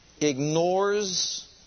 ignores